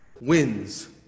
wins